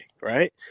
right